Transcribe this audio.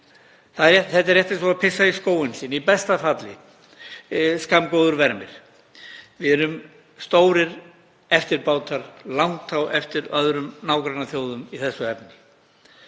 Þetta er rétt eins og að pissa í skóinn sinn, í besta falli skammgóður vermir. Við erum stórir eftirbátar, langt á eftir öðrum nágrannaþjóðum í þessu efni.